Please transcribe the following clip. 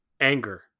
Anger